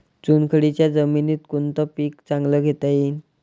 चुनखडीच्या जमीनीत कोनतं पीक चांगलं घेता येईन?